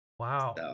Wow